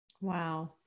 Wow